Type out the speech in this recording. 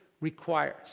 requires